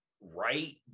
right